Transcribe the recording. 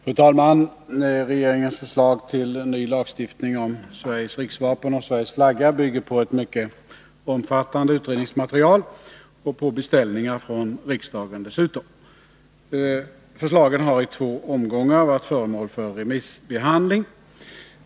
Fru talman! Regeringens förslag till ny lagstiftning om Sveriges riksvapen och Sveriges flagga bygger på ett mycket omfattande utredningsmaterial och på beställningar från riksdagen. Förslagen har i två omgångar varit föremål för remissbehandling.